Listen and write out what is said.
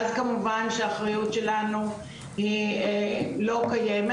אז כמובן שהאחריות שלנו היא לא קיימת.